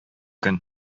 көн